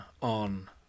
on